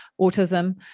autism